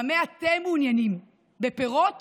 במה אתם מעוניינים, בפירות